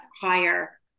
higher